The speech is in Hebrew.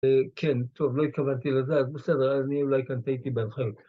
‫כן, טוב, לא התכוונתי לזה, ‫אז בסדר, אני אולי כאן טעיתי בהרחב.